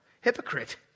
Hypocrite